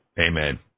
Amen